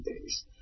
Days